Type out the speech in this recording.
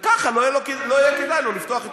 וכך לא יהיה לו כדאי לפתוח.